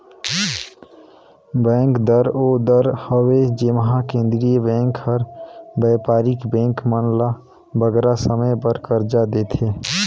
bank दर ओ दर हवे जेम्हां केंद्रीय बेंक हर बयपारिक बेंक मन ल बगरा समे बर करजा देथे